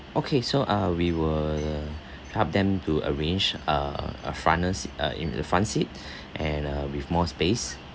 okay so uh we will help them to arrange uh uh front uh se~ in uh front seat and uh with more space